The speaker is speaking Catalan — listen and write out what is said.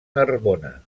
narbona